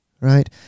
right